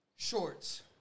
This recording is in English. Shorts